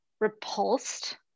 repulsed